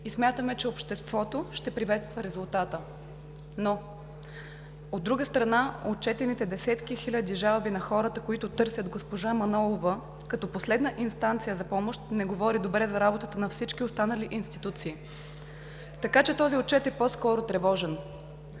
и смятаме, че обществото ще приветства резултата. Но, от друга страна, отчетените десетки хиляди жалби на хората, които търсят госпожа Манолова като последна инстанция за помощ, не говори добре за работата на всички останали институции. Така че този отчет е по-скоро тревожен.